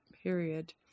Period